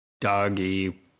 doggy